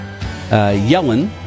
Yellen